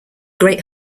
great